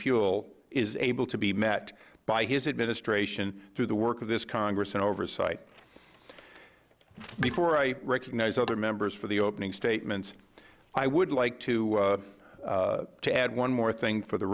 fuel is able to be met by his administration through the work of this congress and oversight before i recognize other members for the opening statements i would like to add one more thing for the